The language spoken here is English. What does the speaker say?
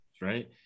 Right